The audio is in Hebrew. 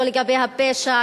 לא לגבי הפשע,